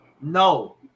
No